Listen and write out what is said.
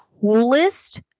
coolest